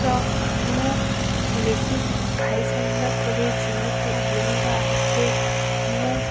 ତ ମୁଁ ମ୍ୟାଗି ଖାଇସାରିଲା ପରେ ଯେମିତି ଆନନ୍ଦ ଆସେ ମୁଁ